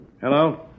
Hello